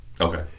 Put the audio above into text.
Okay